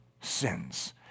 sins